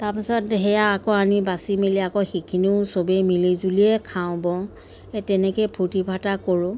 তাৰপাছত সেয়া আকৌ আনি বাচি মেলি আকৌ সেইখিনিও চবে মিলি জুলিয়ে খাওঁ বওঁ সেই তেনেকৈ ফূৰ্তি ফাৰ্তা কৰোঁ